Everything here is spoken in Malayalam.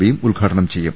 പിയും ഉദ്ഘാടനം ചെയ്യും